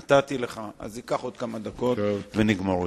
לא זוכר כמה עולה כרטיס, וכתוב שם "כולל מע"מ".